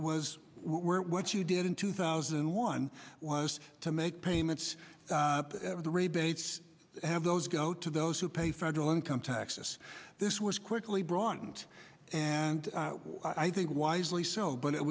was where what you did in two thousand and one was to make payments to the rebates have those go to those who pay federal income taxes this was quickly broadened and i think wisely so but it